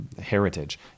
heritage